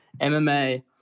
mma